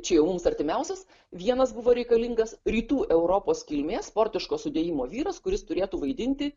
čia jau mums artimiausias vienas buvo reikalingas rytų europos kilmės sportiško sudėjimo vyras kuris turėtų vaidinti